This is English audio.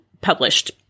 published